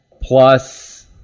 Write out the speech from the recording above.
Plus